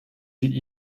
die